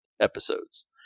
episodes